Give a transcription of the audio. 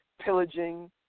pillaging